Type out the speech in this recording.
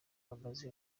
bamaze